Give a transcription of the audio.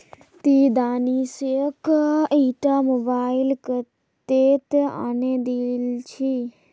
ती दानिशक ईटा मोबाइल कत्तेत आने दिल छि